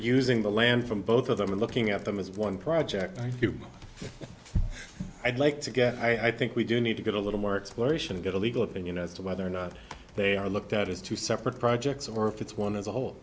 using the land from both of them and looking at them as one project like you i'd like to get i think we do need to get a little more exploration to get a legal opinion as to whether or not they are looked at as two separate projects or if it's one as a whole